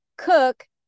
Cook